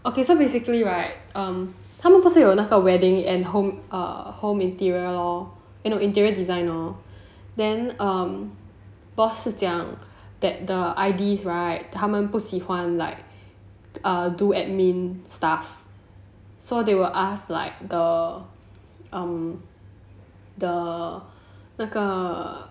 okay so basically right um 他们不是有那个 wedding and home err home interior lor eh no interior design lor then um boss 是讲 that the I_Ds right 他们不喜欢 like err do admin stuff so they will ask like the um the 那个